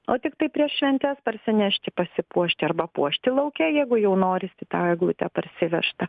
o tiktai prieš šventes parsinešti pasipuošti arba puošti lauke jeigu jau norisi tą eglutę parsivežtą